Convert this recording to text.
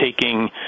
taking